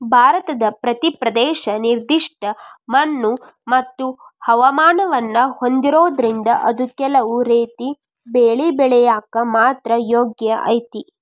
ಭಾರತದ ಪ್ರತಿ ಪ್ರದೇಶ ನಿರ್ದಿಷ್ಟ ಮಣ್ಣುಮತ್ತು ಹವಾಮಾನವನ್ನ ಹೊಂದಿರೋದ್ರಿಂದ ಅದು ಕೆಲವು ರೇತಿ ಬೆಳಿ ಬೆಳ್ಯಾಕ ಮಾತ್ರ ಯೋಗ್ಯ ಐತಿ